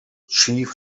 chief